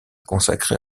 consacrée